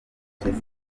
kubona